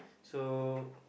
so